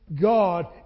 God